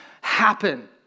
happen